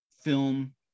film